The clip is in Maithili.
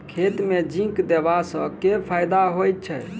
खेत मे जिंक देबा सँ केँ फायदा होइ छैय?